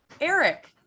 Eric